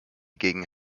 gegen